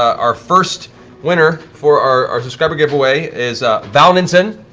our first winner for our our subscriber giveaway is valmoncen.